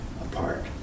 apart